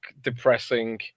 depressing